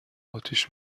آتیش